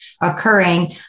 occurring